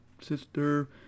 Sister